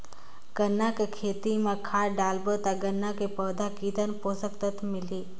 गन्ना के खेती मां खाद डालबो ता गन्ना के पौधा कितन पोषक तत्व मिलही?